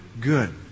good